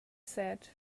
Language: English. said